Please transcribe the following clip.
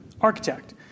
architect